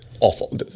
awful